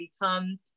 become